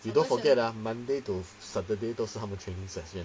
you don't forget ah monday to saturday 都是他们 training session